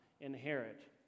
inherit